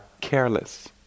careless